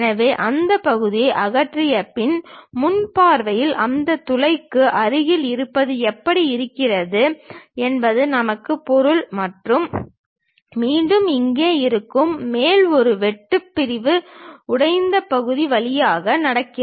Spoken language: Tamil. எனவே அந்த பகுதியை அகற்றிய பின் முன் பார்வையில் அந்தத் துளைக்கு அருகில் இருப்பது எப்படி இருக்கிறது என்பது நமக்குப் பொருள் மற்றும் மீண்டும் இங்கே இருக்கும் மேலும் ஒரு வெட்டுப் பிரிவு உடைந்த பகுதி வழியாக நடக்கும்